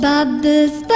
Bubbles